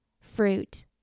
fruit